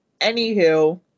anywho